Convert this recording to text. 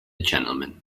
gentleman